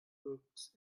books